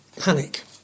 Panic